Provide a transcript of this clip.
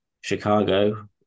Chicago